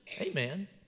Amen